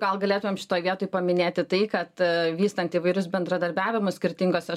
gal galėtumėm šitoj vietoj paminėti tai kad vystant įvairius bendradarbiavimus skirtingose